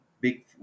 big